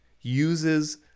uses